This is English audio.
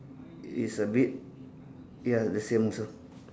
is a bit ya the same also